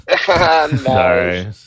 Sorry